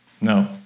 No